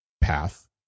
path